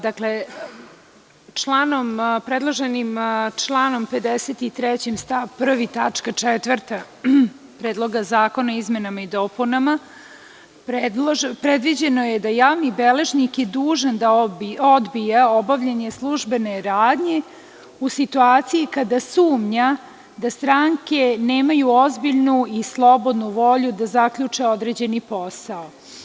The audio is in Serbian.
Dakle, članom predloženim 53. stav 1. tačka 4) Predloga zakona o izmenama i dopunama predviđeno je da je javni beležnik dužan da odbije obavljanje službene radnje u situaciji kada sumnja da stranke nemaju ozbiljnu i slobodnu volju da zaključe određeni posao.